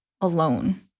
alone